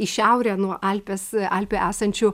į šiaurę nuo alpės alpių esančių